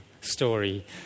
story